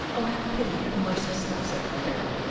oh, have pity, have mercy, sir! said van baerle,